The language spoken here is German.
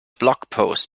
blogpost